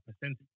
percentage